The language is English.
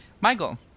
michael